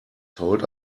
told